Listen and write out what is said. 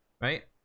Right